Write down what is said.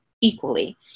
equally